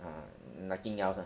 ah nothing else ah